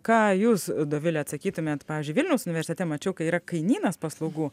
ką jūs dovile atsakytumėt pavyzdžiui vilniaus universitete mačiau kai yra kainynas paslaugų